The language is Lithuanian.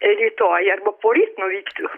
rytoj arba poryt nuvyksiu